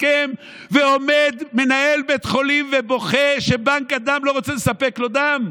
הסכם ועומד מנהל בית חולים ובוכה שבנק הדם לא רוצה לספק לו דם?